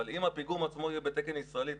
אבל אם הפיגום עצמו יהיה בתקן ישראלי או